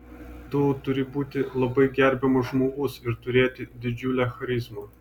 tu turi būti labai gerbiamas žmogus ir turėti didžiulę charizmą